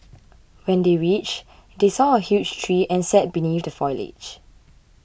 when they reached they saw a huge tree and sat beneath the foliage